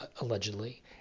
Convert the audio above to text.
allegedly